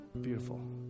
beautiful